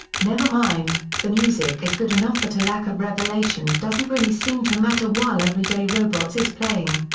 never mind the music is good enough that a lack of revelation doesn't really seem to matter while everyday robots is playing.